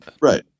right